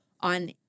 on